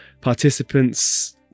participants